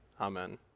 Amen